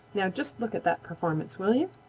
now just look at that performance, will you?